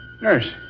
Nurse